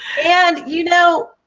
and you know